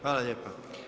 Hvala lijepa.